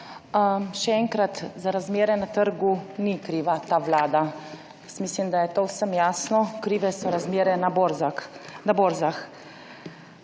Še enkrat. Za razmere na trgu ni kriva ta vlada. Jaz mislim, da je to vsem jasno. Krive so razmere na borzah.